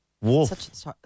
Wolf